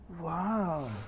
Wow